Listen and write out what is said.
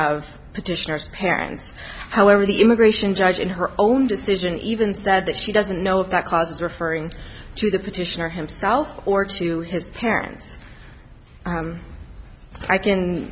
of petitioners parents however the gratian judge in her own decision even said that she doesn't know if that causes referring to the petitioner himself or to his parents i can